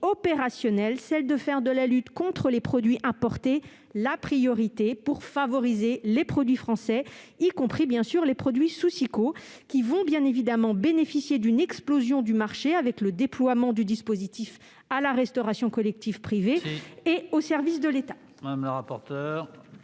visant à faire de la lutte contre les produits importés la priorité pour favoriser les produits français, y compris, bien sûr, les produits sous SIQO, qui bénéficieront bien évidemment d'une explosion du marché avec le déploiement du dispositif à la restauration collective privée et aux services de l'État. La parole